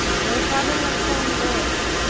where father la combe was,